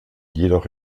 jedoch